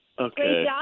Okay